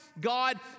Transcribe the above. God